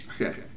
Okay